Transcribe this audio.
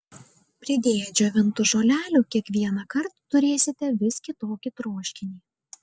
pridėję džiovintų žolelių kiekvienąkart turėsite vis kitokį troškinį